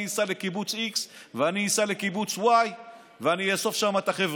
אסע לקיבוץ x ואסע לקיבוץ y ואני ואאסוף שם את החבר'ה.